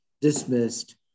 dismissed